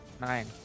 Nine